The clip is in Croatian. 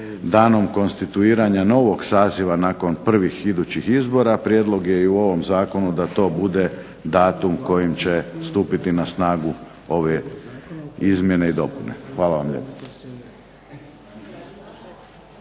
danom konstituiranja novog saziva nakon idućih izbora prijedlog je i u ovom zakonu da to bude datum kojim će stupiti na snagu ove izmjene i dopune. Hvala lijepo.